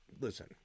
Listen